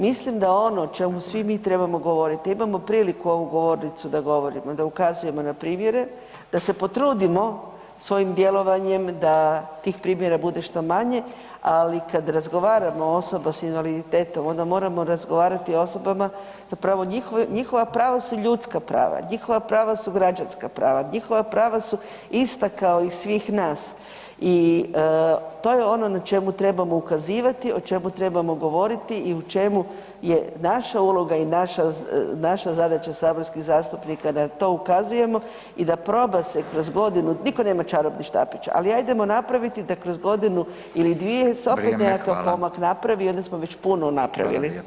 Mislim da ono o čemu svi mi trebamo govoriti, a imamo priliku ovu govornicu da govorimo, da ukazujemo na primjere, da se potrudimo svojim djelovanjem da tih primjera bude što manje, ali kad razgovaramo o osobama s invaliditetom onda moramo razgovarati i o osobama, zapravo njihova prava su ljudska prava, njihova prava su građanska prava, njihova prava su ista kao i svih nas i to je ono na čemu trebamo ukazivati, o čemu trebamo govoriti i u čemu je naša uloga i naša zadaća saborskih zastupnika da to ukazujemo i da proba se kroz godinu, nitko nema čarobni štapić, ali ajdemo napraviti da kroz godinu ili dvije se opet [[Upadica: Vrijeme, hvala.]] nekakav pomak napravi i onda smo već puno napravili.